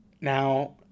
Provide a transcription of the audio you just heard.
Now